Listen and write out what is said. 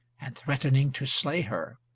and threatening to slay her.